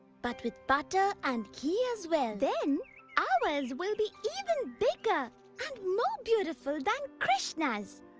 but with butter and ghee as well. then ours will be even bigger and more beautiful than krishna's.